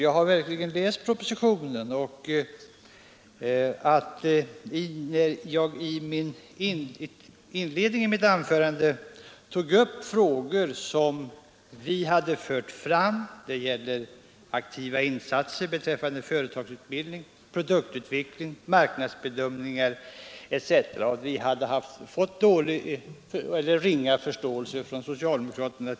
I inledningen till mitt förra anförande tog jag upp frågor som vi har fört fram — aktiva insatser när det gäller företagarutbildning, produktutveckling, marknadsbedömning osv. — och sade att vi tidigare hade rönt mycket liten förståelse för detta från socialdemokraterna.